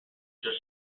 just